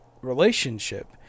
relationship